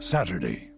Saturday